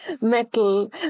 metal